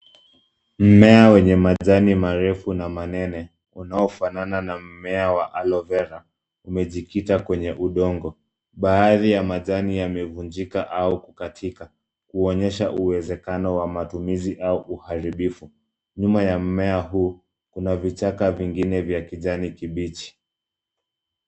Mimea wenye majani marefu na manene unaofanana na mmea wa Aloe Vera umejikita kwenye udongo baadhi ya majani yamevunjika au kukatika kuonyesha uwezekano wa matumizi au uharibifu, nyuma ya mimea huu kuna vichaka vingine vya kijani kibichi.